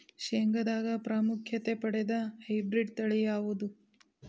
ಶೇಂಗಾದಾಗ ಪ್ರಾಮುಖ್ಯತೆ ಪಡೆದ ಹೈಬ್ರಿಡ್ ತಳಿ ಯಾವುದು?